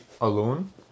alone